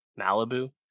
Malibu